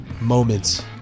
moments